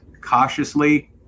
cautiously